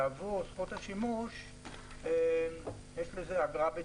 עבור זכות השימוש יש לשלם אגרה.